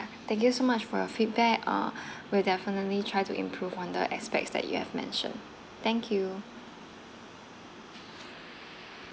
thank you so much for your feedback uh we'll definitely try to improve on the aspects that you have mentioned thank you